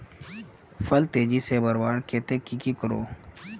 फल तेजी से बढ़वार केते की की करूम?